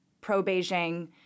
pro-Beijing